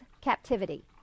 captivity